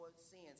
sins